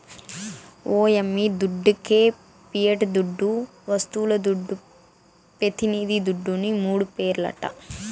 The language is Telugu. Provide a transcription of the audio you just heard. ఓ యమ్మీ దుడ్డికే పియట్ దుడ్డు, వస్తువుల దుడ్డు, పెతినిది దుడ్డుని మూడు పేర్లట